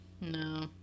No